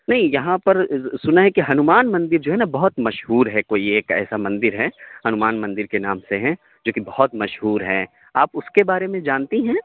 نہیں یہاں پر سنا ہے کہ ہنومان مندر جو ہے نا بہت مشہور ہے کوئی ایک ایسا مندر ہے ہنومان مندر کے نام سے ہے جوکہ بہت مشہور ہے آپ اس کے بارے میں جانتی ہیں